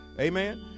Amen